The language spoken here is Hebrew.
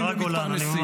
----- השרה גולן,